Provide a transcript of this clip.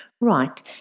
Right